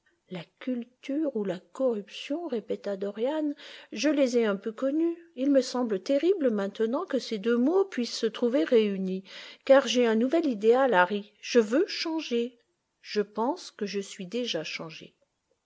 la culture ou la corruption répéta dorian je les ai un peu connues il me semble terrible maintenant que ces deux mots puissent se trouver réunis car j'ai un nouvel idéal harry je veux changer je pense que je suis déjà changé